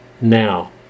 now